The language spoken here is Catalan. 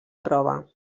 prova